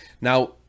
now